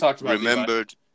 remembered